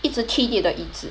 一直踢你的椅子